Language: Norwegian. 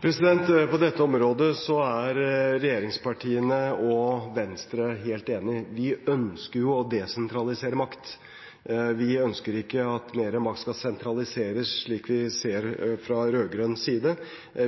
På dette området er regjeringspartiene og Venstre helt enige. Vi ønsker å desentralisere makt. Vi ønsker ikke at mer makt skal sentraliseres slik vi ser fra rød-grønn side.